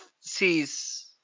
sees